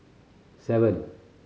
seven